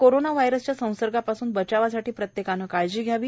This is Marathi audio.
करोना व्हायरसच्या संसर्गापासून बचावासाठी प्रत्येकाने काळजी घ्यावी